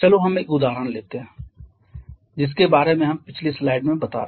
चलो हम एक उदाहरण लेते हैं और जिसके बारे में हम पिछली स्लाइड में बता रहे हैं